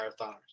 marathoners